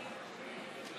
54